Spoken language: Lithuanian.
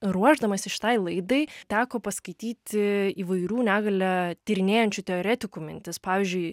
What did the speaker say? ruošdamasi šitai laidai teko paskaityti įvairių negalią tyrinėjančių teoretikų mintis pavyzdžiui